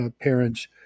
parents